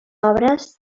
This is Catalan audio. obres